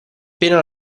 pena